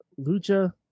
Lucha